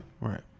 Right